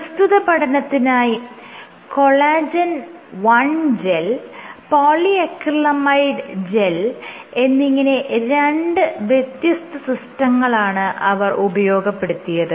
പ്രസ്തുത പഠനത്തിനായി collagen 1 gel polyacrylamide gel എന്നിങ്ങനെ രണ്ട് വ്യത്യസ്ത സിസ്റ്റങ്ങളാണ് അവർ ഉപയോഗപ്പെടുത്തിയത്